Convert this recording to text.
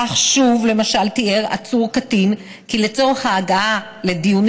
כך למשל תיאר עצור קטין כי לצורך ההגעה לדיונים